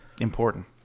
important